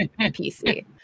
PC